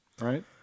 right